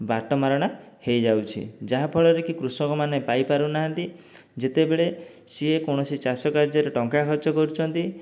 ବାଟମାରଣା ହୋଇଯାଉଛି ଯାହାଫଳରେ କି କୃଷକମାନେ ପାଇପାରୁ ନାହାନ୍ତି ଯେତେବେଳେ ସିଏ କୌଣସି ଚାଷ କାର୍ଯ୍ୟରେ ଟଙ୍କା ଖର୍ଚ୍ଚ କରୁଛନ୍ତି